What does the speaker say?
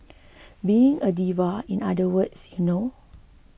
being a diva in other words you know